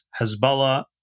Hezbollah